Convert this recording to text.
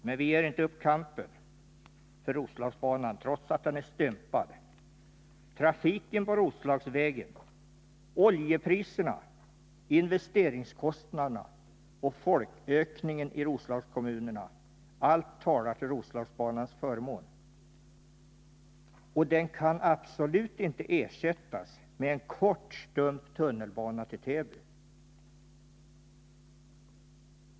Men vi ger inte upp kampen för Roslagsbanan, trots att denna är stympad. Trafiken på Roslagsvägen, oljepriserna, investeringskostnaderna och folkökningen i Roslagskommunerna — allt talar till Roslagsbanans förmån. Och den kan absolut inte ersättas med en kort stump tunnelbana till Täby.